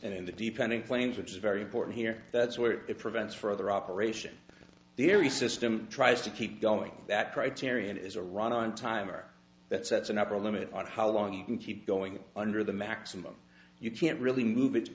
and in the deepening claims which is very important here that's where it prevents further operations the very system tries to keep going that criterion is a run on time or that sets an upper limit on how long you can keep going under the maximum you can't really move it